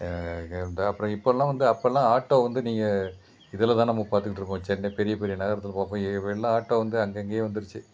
இங்கேயிருந்து அப்புறம் இப்போல்லாம் வந்து அப்போல்லாம் ஆட்டோ வந்து நீங்கள் இதில்தான் நம்ம பார்த்துக்கிட்டுருக்கோம் சென்னை பெரிய பெரிய நகரத்தில்தான் போ போய் ஆட்டோ வந்து அங்கே இங்கேயும் வந்துருச்சு